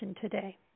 today